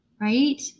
Right